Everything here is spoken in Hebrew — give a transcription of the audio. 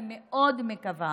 אני מאוד מקווה